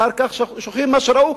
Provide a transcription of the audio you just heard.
אחר כך שוכחים מה שראו,